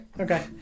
Okay